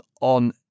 on